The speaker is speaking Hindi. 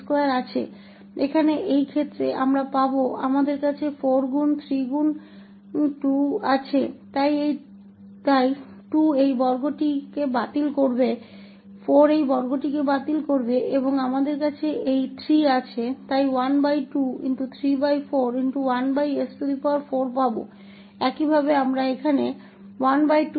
यहाँ इस स्थिति में हम यहाँ प्राप्त करेंगे हमारे पास 4 ⋅ 3 ⋅ 2 है इसलिए 2 इस वर्ग को रद्द कर देगा 4 इस वर्ग को रद्द कर देगा और हमारे पास यह 3 है इसलिए हमारे पास 12341s4 है